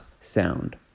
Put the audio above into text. sound